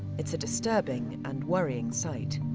it's a disturbing and worrying sight.